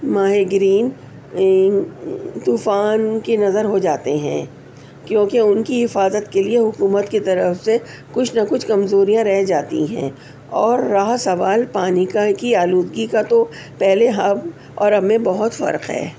ماہی گرین طوفان کے نذر ہو جاتے ہیں کیونکہ ان کی حفاظت کے لیے حکومت کی طرف سے کچھ نہ کچھ کمزوریاں رہ جاتی ہیں اور رہا سوال پانی کا کہ آلودگی کا تو پہلے ہم اور اب میں بہت فرق ہے